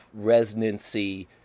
resonancy